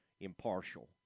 impartial